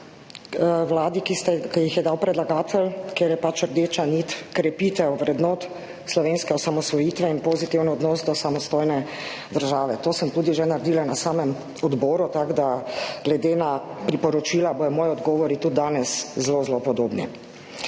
Vladi, ki jih je dal predlagatelj, ker je rdeča nit krepitev vrednot slovenske osamosvojitve in pozitiven odnos do samostojne države. To sem tudi že naredila na samem odboru, tako da bodo glede na priporočila moji odgovori tudi danes zelo zelo podobni.